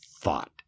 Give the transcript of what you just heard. thought